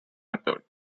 methods